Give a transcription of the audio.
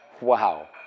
Wow